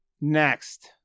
Next